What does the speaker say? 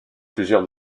plusieurs